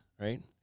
right